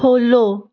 follow